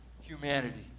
humanity